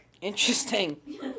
Interesting